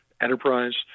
Enterprise